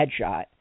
headshot